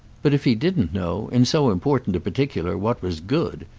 but if he didn't know, in so important a particular, what was good,